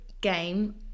game